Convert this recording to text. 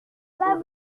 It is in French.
pas